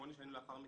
שמונה שנים לאחר מכן,